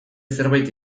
zerbait